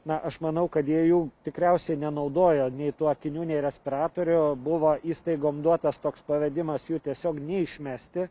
na aš manau kad jie jų tikriausiai nenaudojo nei tų akinių nei respiratorių buvo įstaigom duotas toks pavedimas jų tiesiog neišmesti